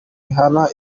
bihana